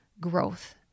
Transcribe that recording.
growth